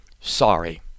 sorry